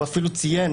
הוא אפילו ציין,